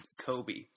Kobe